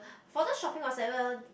for those shopping whatsoever